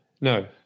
No